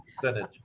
percentage